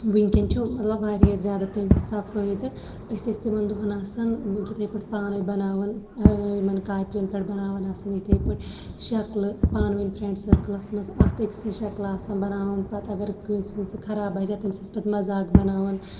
وٕنۍکٮ۪ن چھُ مطلب واریاہ زیادٕ تمہِ حِساب فٲیِدٕ أسۍ ٲسۍ تِمَن دۄہَن آسان یِتھَے پٲٹھۍ پانَے بَناوان یِمَن کاپیَن پٮ۪ٹھ بَناوان آسان یِتھَے پٲٹھۍ شَکلہٕ پانہٕ ؤنۍ فرٛینٛڈ سٔرکٕلَس منٛز اَکھ أکۍ سٕنٛز شَکلہٕ آسان بَناوان پَتہٕ اگر کٲنٛسہِ ہٕنٛز خراب آسہِ یا تٔمِس ٲسۍ پَتہٕ مزاق بَناوان